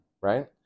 right